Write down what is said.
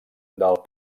del